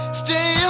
stay